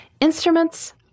Instruments